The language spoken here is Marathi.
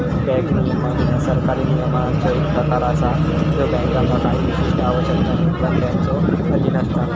बँक नियमन ह्या सरकारी नियमांचो एक प्रकार असा ज्यो बँकांका काही विशिष्ट आवश्यकता, निर्बंधांच्यो अधीन असता